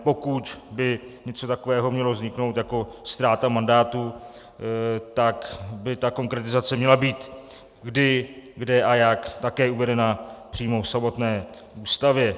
Pokud by něco takového mělo vzniknout jako ztráta mandátu, tak by ta konkretizace měla být kdy, kde a jak také uvedena přímo v samotné Ústavě.